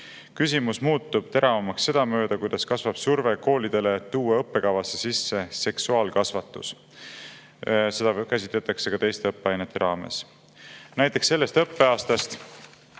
Küsimus muutub teravamaks sedamööda, kuidas kasvab surve koolidele tuua õppekavasse sisse seksuaalkasvatus. Seda käsitletakse ka teiste õppeainete raames. Näiteks sellest õppeaastast